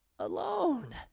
Alone